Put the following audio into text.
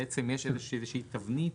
יש איזושהי תבנית,